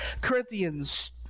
Corinthians